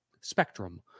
spectrum